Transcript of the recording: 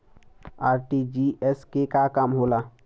RTGS के का काम होला?